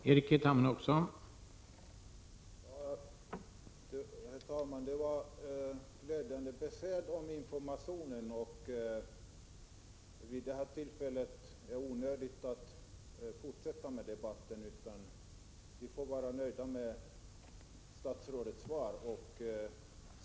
Herr talman! Det var ett glädjande besked om informationen. Vid det här tillfället är det onödigt att fortsätta debatten.